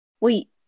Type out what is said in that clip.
Wait